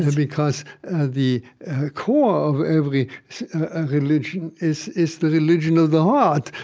because the core of every religion is is the religion of the heart,